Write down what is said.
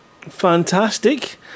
Fantastic